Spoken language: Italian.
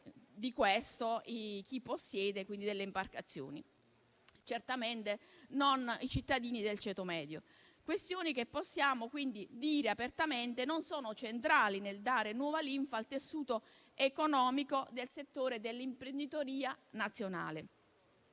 coloro che possiedono delle imbarcazioni, certamente non i cittadini del ceto medio. Si tratta di questioni che - lo possiamo dire apertamente - non sono centrali nel dare nuova linfa al tessuto economico del settore dell'imprenditoria nazionale.